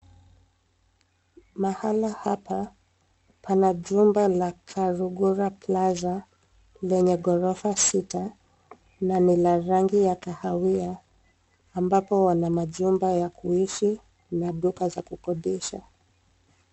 Mahali hapa pana jumba la Karugura Plaza lenye ghorofa sita na ni la rangi ya kahawia ambapo wana majumba ya kuishi na duka za kukodesha.